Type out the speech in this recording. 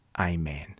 Amen